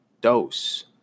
dose